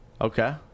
Okay